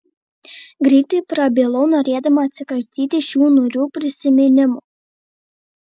greitai prabilau norėdama atsikratyti šių niūrių prisiminimų